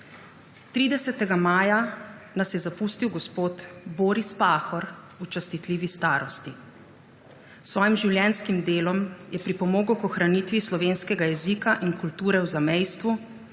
30. maja nas je zapustil gospod Boris Pahor v častitljivi starosti. S svojim življenjskim delom je pripomogel k ohranitvi slovenskega jezika in kulture v zamejstvu